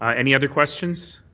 ah any other questions?